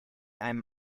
einem